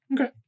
Okay